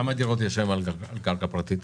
כמה דירות יש היום על קרקע פרטית?